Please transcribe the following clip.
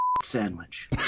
sandwich